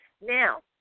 Now